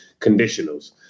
conditionals